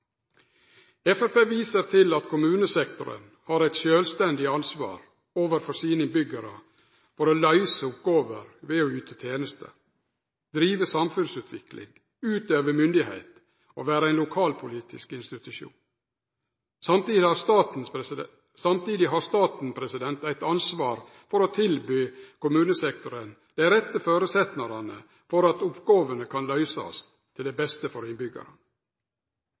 Framstegspartiet viser til at kommunesektoren har eit sjølvstendig ansvar overfor sine innbyggjarar for å løyse oppgåver ved å yte tenester, drive samfunnsutvikling, utøve myndigheit og vere ein lokalpolitisk institusjon. Samtidig har staten eit ansvar for å tilby kommunesektoren dei rette føresetnadene for at oppgåvene kan løysast til det beste for